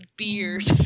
beard